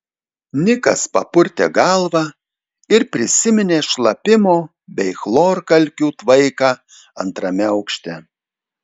nikas papurtė galvą ir prisiminė šlapimo bei chlorkalkių tvaiką antrame aukšte